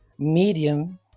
medium